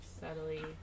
subtly